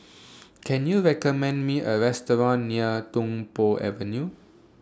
Can YOU recommend Me A Restaurant near Tung Po Avenue